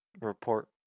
Report